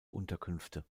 unterkünfte